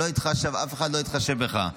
אף אחד לא יתחשב בך.